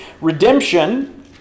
redemption